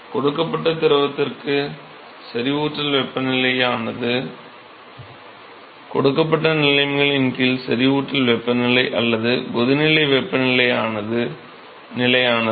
கொடுக்கப்பட்ட திரவத்திற்கு செறிவூட்டல் வெப்பநிலை நிலையானது அல்ல கொடுக்கப்பட்ட நிலைமைகளின் கீழ் செறிவூட்டல் வெப்பநிலை அல்லது கொதிநிலை வெப்பநிலை நிலையானது